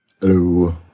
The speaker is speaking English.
Hello